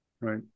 right